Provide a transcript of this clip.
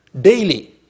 daily